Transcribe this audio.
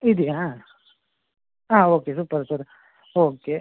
ಇದೆಯಾ ಹಾಂ okay super sir okay